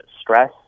stress